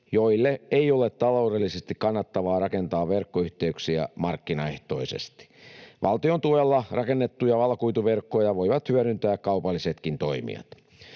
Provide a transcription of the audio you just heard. joille ei ole taloudellisesti kannattavaa rakentaa verkkoyhteyksiä markkinaehtoisesti. Valtion tuella rakennettuja valokuituverkkoja voivat hyödyntää kaupallisetkin toimijat.